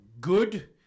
good